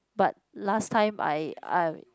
but last time I I